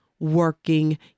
working